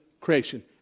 creation